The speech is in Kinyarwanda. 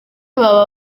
baba